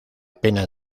pena